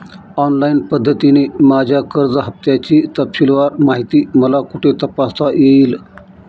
Online पद्धतीने माझ्या कर्ज हफ्त्याची तपशीलवार माहिती मला कुठे तपासता येईल?